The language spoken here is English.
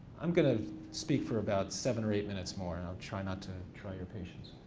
i'm gonna speak for about seven or eight minutes more and i'll try not to try your patience.